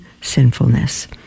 sinfulness